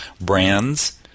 brands